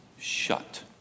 shut